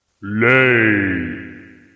Lay